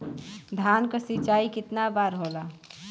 धान क सिंचाई कितना बार होला?